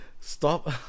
Stop